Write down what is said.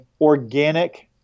organic